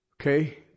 Okay